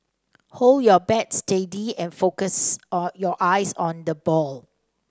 hold your bat steady and focus on your eyes on the ball